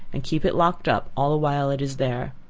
and keep it locked up all the while it is there.